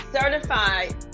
certified